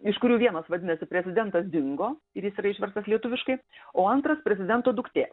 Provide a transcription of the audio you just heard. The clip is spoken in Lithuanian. iš kurių vienas vadinasi prezidentas dingo ir jis yra išverstas lietuviškai o antras prezidento duktė